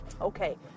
Okay